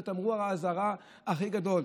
זה תמרור האזהרה הכי גדול,